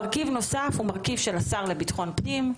מרכיב נוסף הוא מרכיב של השר לביטחון פנים,